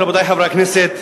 רבותי חברי הכנסת,